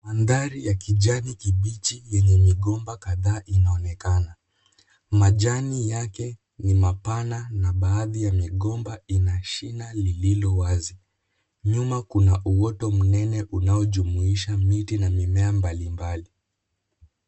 Mandhari ya kijani kibichi yenye migomba kadhaa inaonekana. Majani yake ni mapanna na baadhi ya migomba ina shina lililo wazi. Nyuma kuna uoto mnene unaojumuisha miti na mimea mbalimbali.